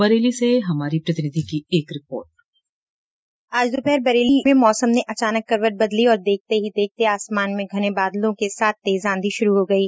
बरेली से हमारी प्रतिनिधि की एक रिपोर्ट आज दोपहर बरेली में मौसम ने अचानक करवट बदली और देखते ही देखते आसमान में घने बादलों के साथ तेज आंधी शुरू हो गयी